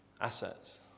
assets